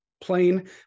plain